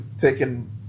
taking